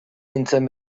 nintzen